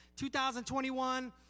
2021